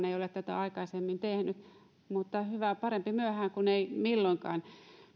ei ole tätä aikaisemmin tehnyt mutta parempi myöhään kuin ei milloinkaan